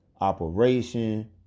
operation